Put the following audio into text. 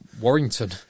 Warrington